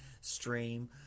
stream